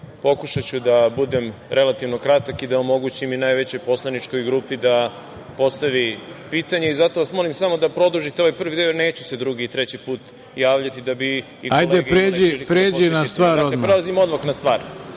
pokušaću da budem relativno kratak i da omogućim i najvećoj poslaničkoj grupi da postavi pitanje i zato vas samo molim da produžite ovaj prvi deo, jer neću se drugi i treći put javljati, da bi i kolege imale